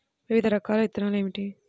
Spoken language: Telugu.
వివిధ రకాల విత్తనాలు ఏమిటి?